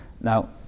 Now